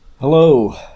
Hello